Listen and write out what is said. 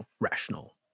rational